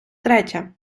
третє